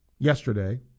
Yesterday